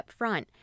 upfront